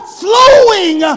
flowing